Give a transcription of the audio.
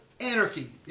anarchy